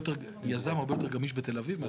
יזם הרבה יותר גמיש בתל אביב,